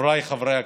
חבריי חברי הכנסת,